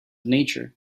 nature